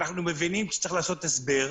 אנחנו מבינים שצריך לעשות הסבר.